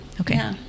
Okay